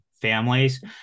families